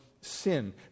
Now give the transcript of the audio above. sin